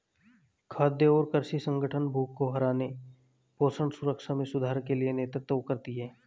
खाद्य और कृषि संगठन भूख को हराने पोषण सुरक्षा में सुधार के लिए नेतृत्व करती है